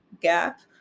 gap